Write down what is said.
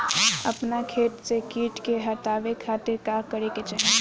अपना खेत से कीट के हतावे खातिर का करे के चाही?